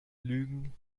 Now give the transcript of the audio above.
lügen